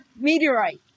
meteorite